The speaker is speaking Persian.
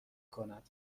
کند